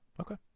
Okay